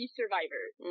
survivors